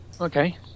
Okay